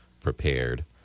prepared